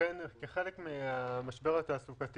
כחלק מהמשבר התעסוקתי